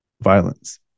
violence